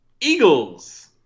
Eagles